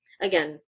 Again